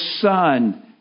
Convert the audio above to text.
Son